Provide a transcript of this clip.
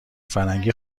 فرنگی